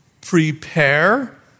prepare